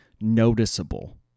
noticeable